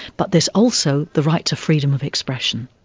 but there's also the right to freedom of expression.